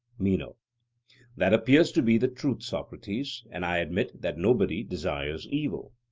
meno that appears to be the truth, socrates, and i admit that nobody desires evil.